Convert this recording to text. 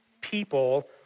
people